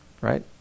right